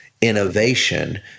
innovation